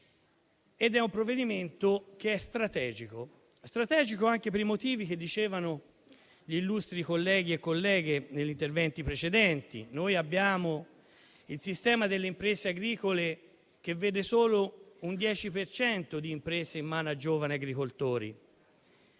definito, ed è strategico anche per i motivi rilevati dagli illustri colleghi e colleghe negli interventi precedenti. Noi abbiamo un sistema delle imprese agricole che vede solo un 10 per cento di imprese in mano a giovani agricoltori.